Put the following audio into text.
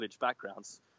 backgrounds